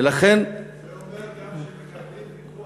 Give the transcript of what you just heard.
ולכן, זה אומר גם שמקבלים ביטוח